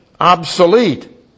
obsolete